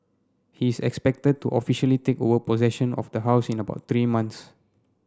he is expected to officially take over possession of the house in about three months